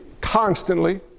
constantly